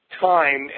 time